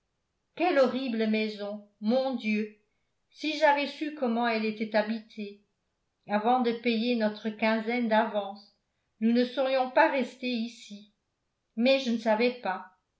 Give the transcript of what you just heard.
quelle horrible maison mon dieu si j'avais su comment elle était habitée avant de payer notre quinzaine d'avance nous ne serions pas restées ici mais je ne savais pas